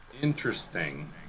Interesting